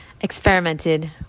experimented